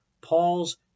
Paul's